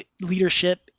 leadership